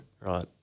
Right